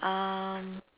um